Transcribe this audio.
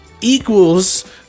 equals